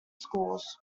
schools